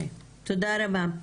תודה רבה.